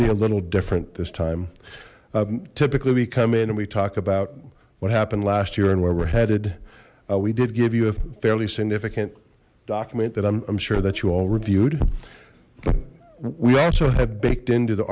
be a little different this time typically we come in and we talk about what happened last year and where we're headed we did give you a fairly significant document that i'm sure that you all reviewed we also have baked into the